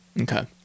Okay